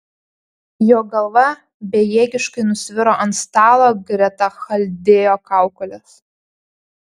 jo galva bejėgiškai nusviro ant stalo greta chaldėjo kaukolės